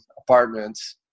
apartments